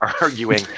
arguing